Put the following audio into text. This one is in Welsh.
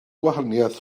gwahaniaeth